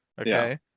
Okay